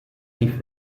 rief